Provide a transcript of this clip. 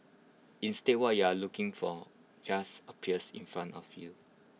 instead what you aren't looking for just appears in front of you